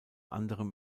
anderem